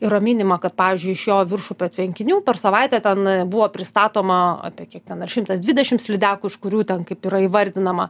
yra minima kad pavyzdžiui iš jo viršupio tvenkinių per savaitę ten buvo pristatoma apie kiek ten ar šimtas dvidešims lydekų iš kurių ten kaip yra įvardinama